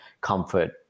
comfort